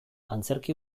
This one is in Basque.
antzerki